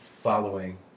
following